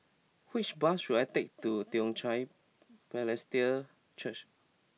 which bus should I take to Toong Chai Presbyterian Church